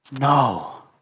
no